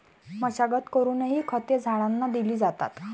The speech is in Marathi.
मशागत करूनही खते झाडांना दिली जातात